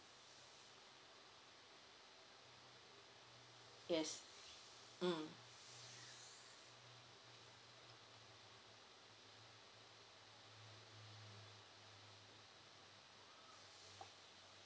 yes mm